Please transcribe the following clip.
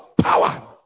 Power